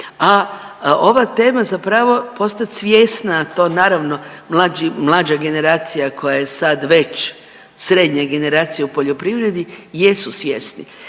A ova tema zapravo postat svjesna, to naravno mlađa generacija koja je sada već srednja generacija u poljoprivredi jesu svjesni.